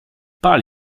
pal